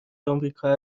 امریکا